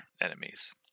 enemies